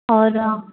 और